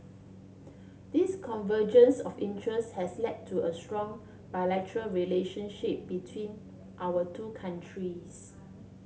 this convergence of interests has led to a strong bilateral relationship between our two countries